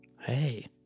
Hey